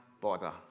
bother